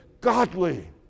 godly